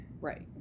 right